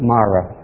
Mara